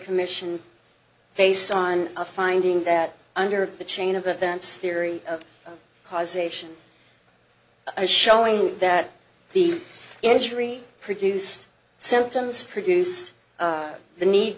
commission based on a finding that under the chain of events theory of causation a showing that the injury produced symptoms produced the need